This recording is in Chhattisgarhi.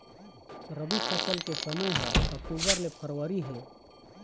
रबी फसल के समय ह अक्टूबर ले फरवरी हे